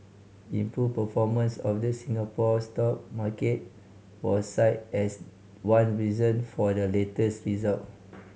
improved performance of the Singapore stock market was cited as one reason for the latest result